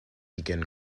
begin